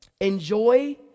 Enjoy